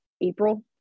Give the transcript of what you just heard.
April